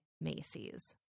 Macy's